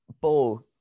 ball